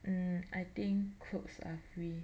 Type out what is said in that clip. um I think clothes are free